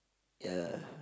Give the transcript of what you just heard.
ya